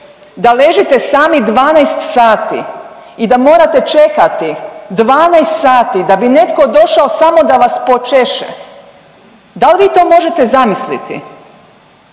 da ležite sami 12 sati i da morate čekati 12 sati da bi netko došao samo da vas počeše. Da li vi to možete zamisliti?